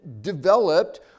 developed